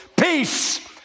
peace